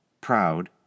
proud